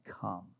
come